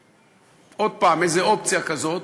עוד פעם איזה אופציה כזאת,